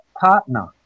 partner